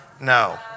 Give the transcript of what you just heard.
no